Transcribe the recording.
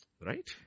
Right